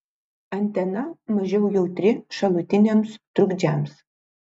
antena mažiau jautri šalutiniams trukdžiams